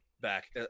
back